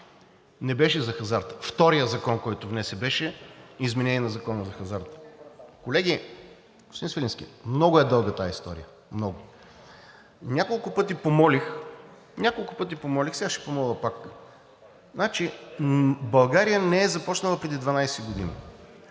Не беше за хазарта. Вторият закон, който внесе, беше изменение на Закона за хазарта. Колеги, господин Свиленски, много е дълга тази история, много. Няколко пъти помолих, сега ще помоля пак. Значи, България не е започнала преди 12 години.